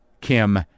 Kim